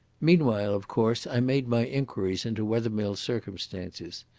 meanwhile, of course, i made my inquiries into wethermill's circumstances.